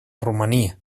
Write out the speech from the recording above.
romania